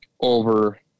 over